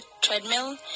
treadmill